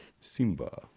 Simba